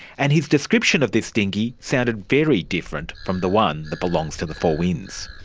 and his description of this dinghy sounded very different from the one that belongs to the four winds.